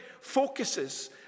focuses